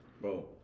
Bro